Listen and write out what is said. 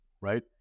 right